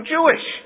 Jewish